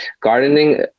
gardening